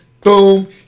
boom